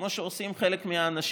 כמו שעושים חלק מהאנשים,